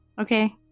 Okay